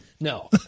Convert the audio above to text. No